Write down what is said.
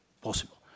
possible